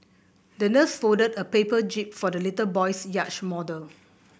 the nurse folded a paper jib for the little boy's yacht model